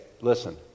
Listen